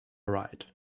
right